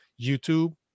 YouTube